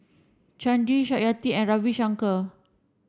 Chandi Satyajit and Ravi Shankar